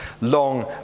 long